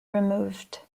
removed